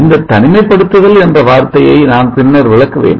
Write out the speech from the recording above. இந்த தனிமைப் படுத்துதல் என்ற வார்த்தையை நான் பின்னர் விளக்குவேன்